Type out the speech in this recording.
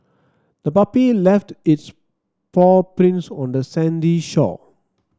the puppy left its paw prints on the sandy shore